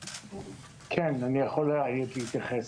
כן, אני יכול להתייחס.